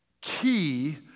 key